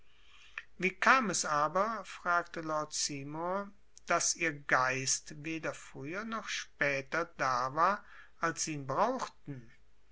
wie kam es aber fragte lord seymour daß ihr geist weder früher noch später da war als sie ihn brauchten